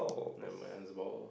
mine has a ball